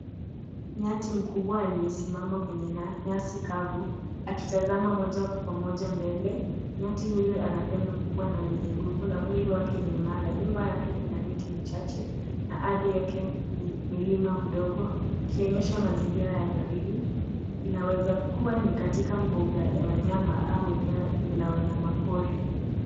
Nyati mkubwa aliyesimama kwenye nyasi kavu. Akitazama moja kwa moja mbele. Nyati huyu anapendo kubwa na zizinguvu. Na mwili wake ni imara. Nyuma yake kuna miti michache. Na arthi yake ni mlima mdogo. Ikionyesha mazingira ya porili, inaweza kuwa ni katika mbuga ya wanyama au eneo la wanyama pori.